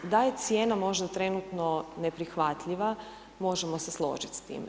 Da je cijenom možda trenutno neprihvatljiva možemo se složiti s tim.